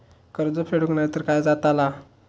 कर्ज फेडूक नाय तर काय जाताला?